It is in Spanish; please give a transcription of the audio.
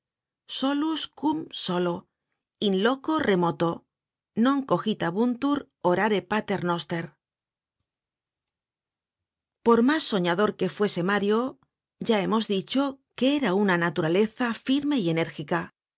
cum solo in loco remoto non cogitabuntur orare por mas soñador que fuese mario ya hemos dicho que era una naturaleza firme y enérgica